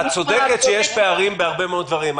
את צודקת שיש פערים בהרבה מאוד דברים.